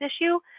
issue